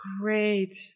Great